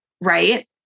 right